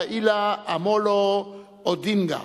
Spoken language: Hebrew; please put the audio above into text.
ראילה אמולו אודינגה,